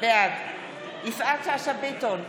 בעד יפעת שאשא ביטון,